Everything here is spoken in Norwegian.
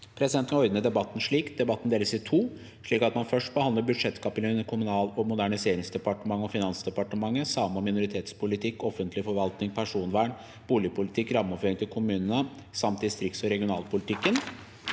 Presidenten vil ordne de- batten slik: Debatten deles i to, slik at vi først behandler budsjettkapitlene under Kommunal- og moderniseringsdepartementet og Finansdepartementet, same- og minoritetspolitikk, offentlig forvaltning, personvern, boligpolitikk, rammeoverføringer til kommunene samt distrikts- og regionalpolitikken,